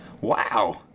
Wow